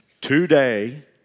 today